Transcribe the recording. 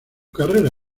carrera